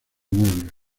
muebles